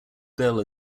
bill